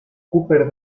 cooper